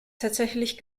tatsächlich